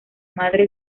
madre